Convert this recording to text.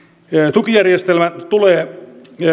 tukijärjestelmän tulee